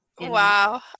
Wow